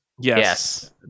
Yes